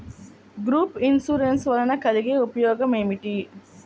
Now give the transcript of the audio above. Group insurance వలన కలిగే ఉపయోగమేమిటీ?